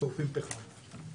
שורפים פחם,